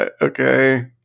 Okay